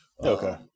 Okay